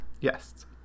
Yes